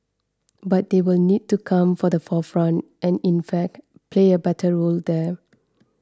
but they will need to come for the forefront and in fact play a better role there